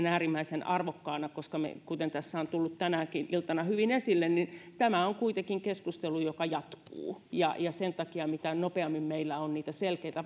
äärimmäisen arvokkaana koska kuten tässä on tullut tänäkin iltana hyvin esille tämä on kuitenkin keskustelu joka jatkuu sen takia mitä nopeammin meillä on niitä selkeitä